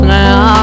now